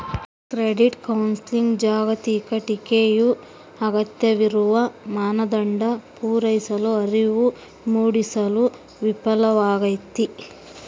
credit ಕೌನ್ಸೆಲಿಂಗ್ನ ಜಾಗತಿಕ ಟೀಕೆಯು ಅಗತ್ಯವಿರುವ ಮಾನದಂಡ ಪೂರೈಸಲು ಅರಿವು ಮೂಡಿಸಲು ವಿಫಲವಾಗೈತಿ